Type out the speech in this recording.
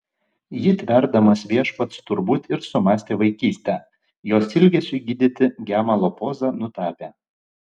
jį tverdamas viešpats turbūt ir sumąstė vaikystę jos ilgesiui gydyti gemalo pozą nutapė